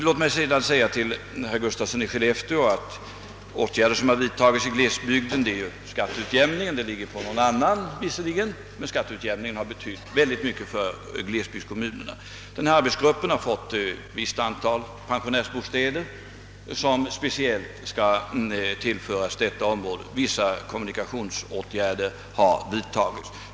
Låt mig sedan säga till herr Gustafsson i Skellefteå att bland de åtgärder, som vidtagits i glesbygderna, märks skatteutjämningen, som visserligen inte faller inom mitt område men som har betytt ofantligt mycket för glesbygdskommunerna. Vidare har ett visst antal pensionärsbostäder = tilldelats arbetsgruppen för att tillföras dessa områden. Vissa åtgärder i fråga om kommunikationerna har också vidtagits.